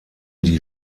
die